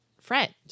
friend